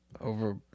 over